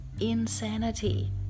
insanity